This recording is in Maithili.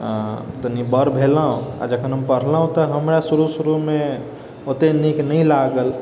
तनी बड़ भेलहुँ जखन हम पढ़लहुँ तऽ हमरा शुरू शुरूमे ओते नीक नहि लागल